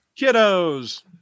kiddos